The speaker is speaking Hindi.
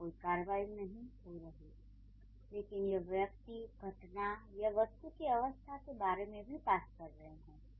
यहाँ कोई कार्रवाई नहीं हो रही है लेकिन यह व्यक्ति घटना या वस्तु की अवस्था के बारे में भी बात कर रहे हैं